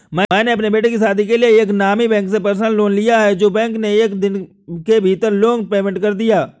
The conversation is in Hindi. मैंने अपने बेटे की शादी के लिए एक नामी बैंक से पर्सनल लोन लिया है जो बैंक ने एक दिन के भीतर लोन पेमेंट कर दिया